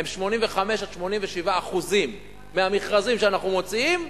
85% 87% מהמכרזים שאנחנו מוציאים,